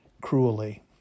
cruelly